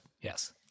Yes